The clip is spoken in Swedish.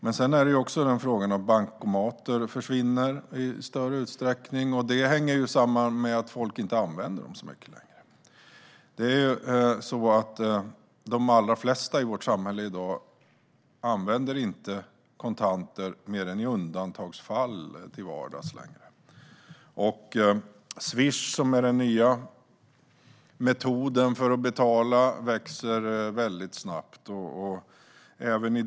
Men sedan försvinner bankomater i större utsträckning, och det hänger ju samman med att folk inte använder dem så mycket längre. De allra flesta i vårt samhälle använder inte kontanter mer än i undantagsfall. Swish, som är den nya metoden att betala, växer väldigt snabbt.